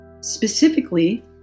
Specifically